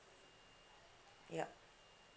ya